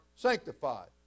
Sanctified